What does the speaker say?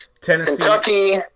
Tennessee